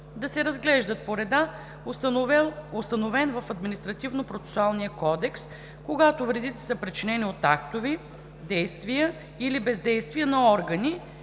да се разглеждат по реда, установен в Административнопроцесуалния кодекс, когато вредите са причинени от актове, действия или бездействия на органи